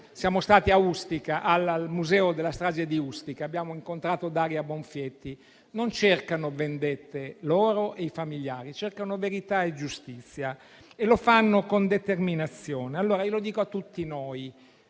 siamo stati al museo della strage di Ustica e a abbiamo incontrato Daria Bonfietti. Non cercano vendette, loro e i familiari, ma cercano verità e giustizia, e lo fanno con determinazione. Lo dico a tutti noi: